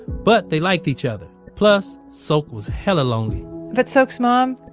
but they liked each other. plus sok was hella lonely but sok's mom,